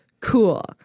Cool